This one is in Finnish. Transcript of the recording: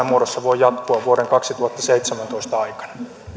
muodossa voi jatkua vuoden kaksituhattaseitsemäntoista aikana